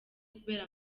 kubera